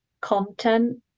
content